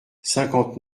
cinquante